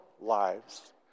lives